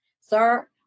sir